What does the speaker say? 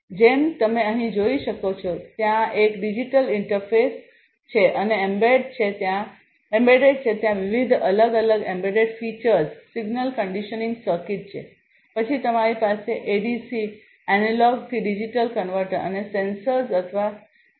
તેથી જેમ તમે અહીં જોઈ શકો છો ત્યાં એક ડિજિટલ ઈન્ટરફેસ છે અને એમ્બેડેડ છે ત્યાં વિવિધ અલગ અલગ embedded features signal conditioning circuit છે પછી તમારી પાસે એડીસી એનાલોગ થી ડિજિટલ કન્વર્ટર અને સેન્સર્સ અથવા એમ